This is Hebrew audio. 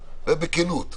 בכנות,